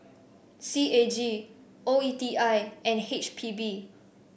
C A G O E T I and H P B